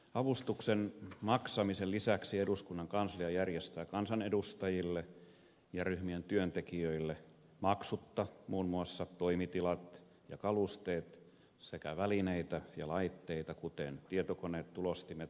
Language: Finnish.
avustuksen maksamisen lisäksi eduskunnan kanslia järjestää kansanedustajille ja ryhmien työntekijöille maksutta muun muassa toimitilat ja kalusteet sekä välineitä ja laitteita kuten tietokoneet tulostimet skannerit puhelimet ja tietojenkäsittelypalveluita